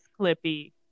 Clippy